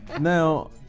Now